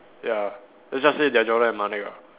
ya let's just say they are Jonah and Malek ah